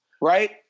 right